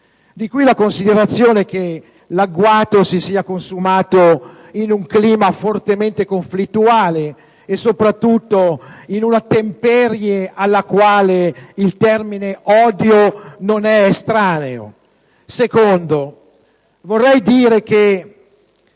origina la considerazione che l'agguato si sia consumato in un clima fortemente conflittuale e, soprattutto, in una temperie alla quale il termine odio non è estraneo. In secondo luogo, pur